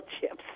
chips